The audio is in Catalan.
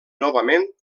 novament